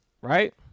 right